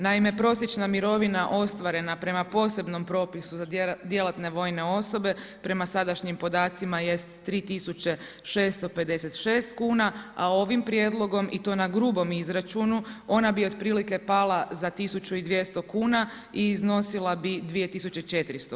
Naime, prosječna mirovina ostvarena prema posebnom propisu za djelatne osobe prema sadašnjim podacima jest 3 656 a ovim prijedlogom i to na grubom izračunu, ona bi otprilike pala za 1 200 kuna i iznosila bi 2 400.